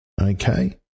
Okay